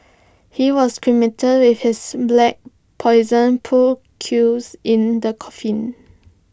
he was cremated with his black Poison pool cues in the coffin